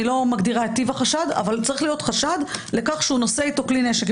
מגדירה את טיב החשד אבל צריך להיות חשד לכך שהוא נושא איתו כלי נשק.